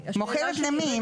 מוכרת למי?